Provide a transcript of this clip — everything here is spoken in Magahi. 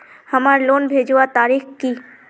हमार लोन भेजुआ तारीख की?